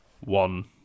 one